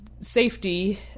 safety